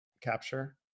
capture